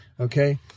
Okay